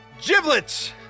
Giblets